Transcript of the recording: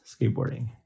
skateboarding